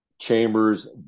chambers